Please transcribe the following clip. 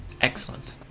Excellent